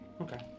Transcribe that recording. okay